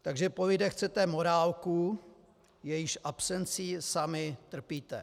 Takže po lidech chcete morálku, jejíž absencí sami trpíte.